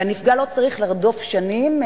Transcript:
הנפגע לא צריך לרדוף שנים,